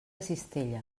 cistella